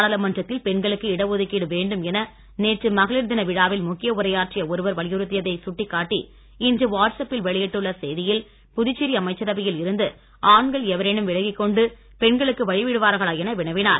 நாடாளுமன்றத்தில் பெண்களுக்கு இடஒதுக்கீடு வேண்டும் என நேற்று மகளிர் தின விழாவில் முக்கிய உரையாற்றிய ஒருவர் வலியுறுத்தியதை சுட்டிக் காட்டி இன்று வாட்ஸ் ஆப்பில் வெளியிட்டுள்ள செய்தியில் புதுச்சேரி அமைச்சரவையில் இருந்து ஆண்கள் எவரேனும் விலகிக் கொண்டு பெண்களுக்கு வழிவிடுவார்களா என வினவினார்